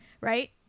right